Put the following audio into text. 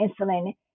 insulin